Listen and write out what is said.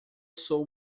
sou